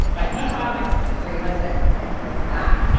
and meanwhile, my six foot three husband is, like, in the back